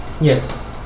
Yes